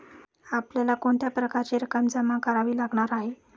आपल्याला कोणत्या प्रकारची रक्कम जमा करावी लागणार आहे?